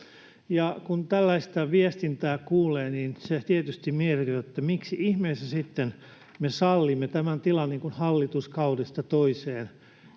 Kun tällaista viestintää kuulee, niin se tietysti mietityttää, miksi ihmeessä me sitten sallimme tämän tilan hallituskaudesta toiseen